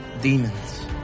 demons